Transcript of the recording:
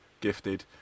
Gifted